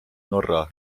norra